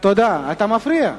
אתה מפריע.